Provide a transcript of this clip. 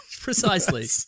Precisely